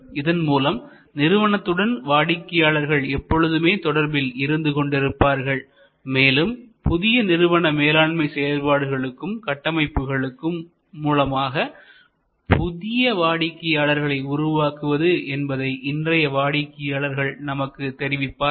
இதன்மூலம் நிறுவனத்துடன் வாடிக்கையாளர்கள் எப்பொழுதுமே தொடர்பில் இருந்து கொண்டிருப்பார்கள் மேலும் புதிய நிறுவன மேலாண்மை செயல்பாடுகளுக்கும் கட்டமைப்புகளுக்கும் மூலமாக புதிய வாடிக்கையாளர்களை உருவாக்குவது என்பதை இன்றைய வடிக்கையாளர்கள் நமக்கு தெரிவிப்பார்கள்